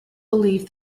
belief